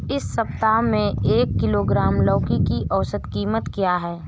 इस सप्ताह में एक किलोग्राम लौकी की औसत कीमत क्या है?